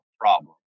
problem